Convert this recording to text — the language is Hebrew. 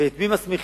ואת מי מסמיכים